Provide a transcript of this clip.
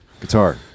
guitar